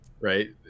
right